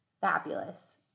fabulous